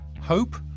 Hope